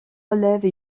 révèle